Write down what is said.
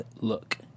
look